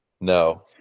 No